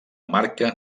marca